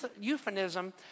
euphemism